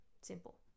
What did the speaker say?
Simple